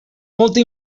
molta